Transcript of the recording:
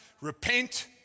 repent